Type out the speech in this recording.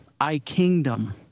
iKingdom